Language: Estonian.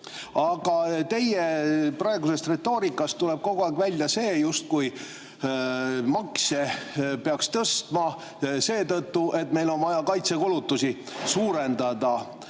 Aga teie praegusest retoorikast tuleb kogu aeg välja see, justkui makse peaks tõstma seetõttu, et meil on vaja kaitsekulutusi suurendada.